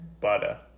Butter